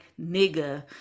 nigga